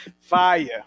fire